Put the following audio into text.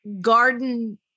garden